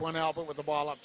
one album with the ball up